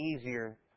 easier